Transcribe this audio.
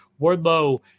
Wardlow